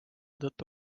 tõttu